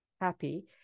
happy